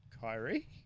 Kyrie